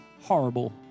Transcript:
horrible